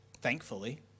Thankfully